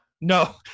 No